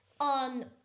on